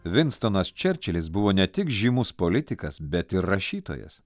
vinstonas čerčilis buvo ne tik žymus politikas bet ir rašytojas